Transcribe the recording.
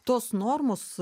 tos normos